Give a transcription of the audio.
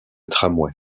tramway